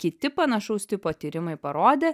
kiti panašaus tipo tyrimai parodė